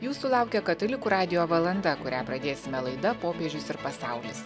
jūsų laukia katalikų radijo valanda kurią pradėsime laida popiežius ir pasaulis